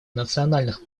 национальных